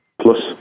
plus